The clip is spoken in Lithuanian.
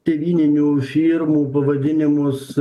tėvyninių firmų pavadinimus